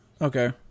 Okay